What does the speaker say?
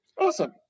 Awesome